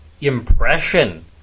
impression